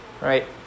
right